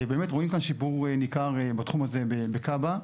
באמת רואים כאן שיפור ניכר בתחום הזה בכב"ה.